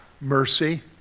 Mercy